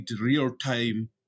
real-time